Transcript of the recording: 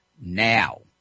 now